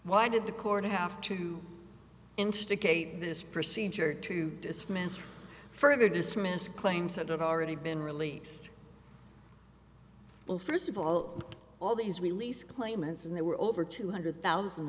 why did the court have to instigate this procedure to dismiss further dismissed claims that have already been released well first of all all these release claimants and there were over two hundred thousand